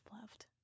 loved